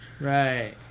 right